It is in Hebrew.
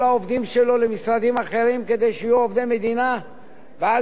ואז הסתבר שחלק גדול מהעובדים הלוא היו במועצות דתיות